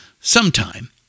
Sometime